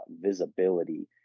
visibility